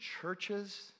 churches